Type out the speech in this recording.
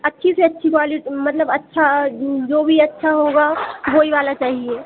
अच्छी से अच्छी क्वालि मतलब अच्छा जो भी अच्छा होगा वही वाला चाहिए